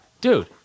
Dude